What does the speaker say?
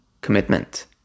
commitment